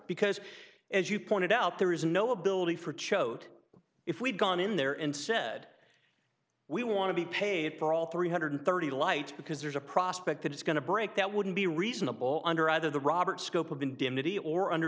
because as you pointed out there is no ability for choat if we'd gone in there and said we want to be paid for all three hundred thirty lights because there's a prospect that it's going to break that wouldn't be reasonable under either the robert scope of indemnity or under